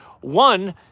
One